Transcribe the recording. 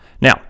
Now